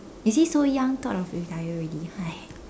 you see so young thought of retire already !aiya!